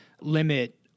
limit